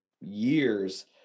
years